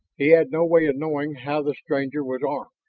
he had no way of knowing how the stranger was armed.